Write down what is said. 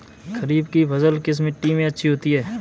खरीफ की फसल किस मिट्टी में अच्छी होती है?